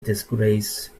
disgrace